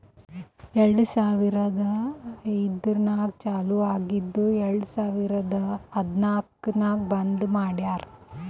ಎರಡು ಸಾವಿರದ ಐಯ್ದರ್ನಾಗ್ ಚಾಲು ಆಗಿ ಎರೆಡ್ ಸಾವಿರದ ಹದನಾಲ್ಕ್ ನಾಗ್ ಬಂದ್ ಮಾಡ್ಯಾರ್